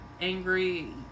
angry